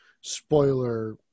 spoiler